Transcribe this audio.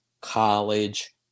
college